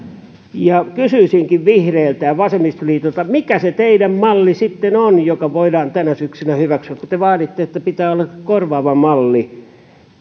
kysyisinkin vihreiltä ja vasemmistoliitolta mikä se teidän malli sitten on joka voidaan tänä syksynä hyväksyä kun te vaaditte että pitää olla korvaava malli